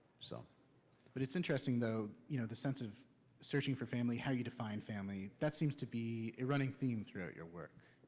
so but it's interesting, though, you know the sense of searching for family, how you define family. that seems to be a running theme throughout your work.